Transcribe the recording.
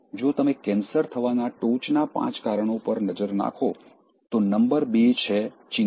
જો તમે કેન્સર થવાના ટોચનાં પાંચ કારણો પર નજર નાખો તો નંબર બે છે ચિંતા